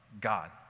God